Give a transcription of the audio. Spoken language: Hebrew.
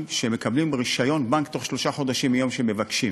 שהם מקבלים רישיון בנק בתוך שלושה חודשים מיום שמבקשים.